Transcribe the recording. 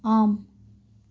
ஆம்